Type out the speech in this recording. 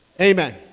amen